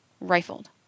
rifled